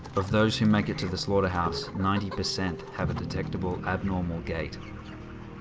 of those who make it to the slaughterhouse, ninety percent have a detectable abnormal gait.